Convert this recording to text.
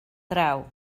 draw